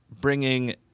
bringing